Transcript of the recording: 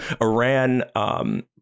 Iran